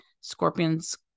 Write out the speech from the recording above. scorpions